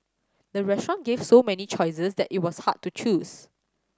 the restaurant gave so many choices that it was hard to choose